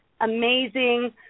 amazing